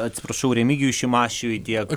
atsiprašau remigijui šimašiui tiek